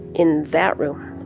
in that room.